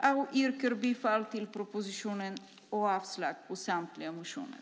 Jag yrkar bifall till propositionen och avslag på samtliga motioner.